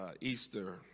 Easter